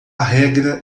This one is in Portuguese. regra